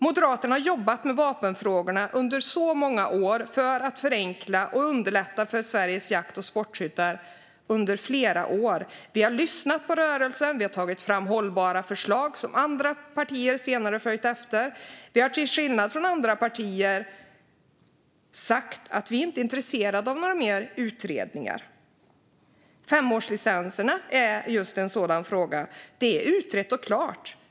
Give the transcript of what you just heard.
Moderaterna har jobbat med vapenfrågorna under så många år för att förenkla och underlätta för Sveriges jakt och sportskyttar. Vi har lyssnat på rörelsen. Vi har tagit fram hållbara förslag som andra partier senare har följt efter. Vi har till skillnad från andra partier sagt att vi inte är intresserade av några fler utredningar. Femårslicenserna är just en sådan fråga. Det är utrett och klart.